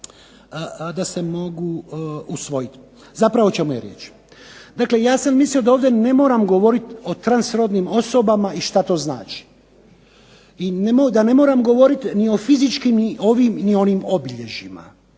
da se mogu usvojiti. Zapravo o čemu je riječ? Dakle, ja sam mislio da ovdje ne moramo govoriti o transrodnim osobama i što to znači. I da ne moram govoriti ni o fizičkim i ovim ni onim obilježjima.